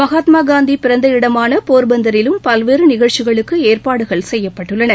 மகாத்மா காந்தி பிறந்த இடமான போர்பந்தரிலும் பல்வேறு நிகழ்ச்சிகளுக்கு ஏற்பாடுகள் செய்யப்பட்டுள்ளன